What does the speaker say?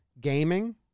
gaming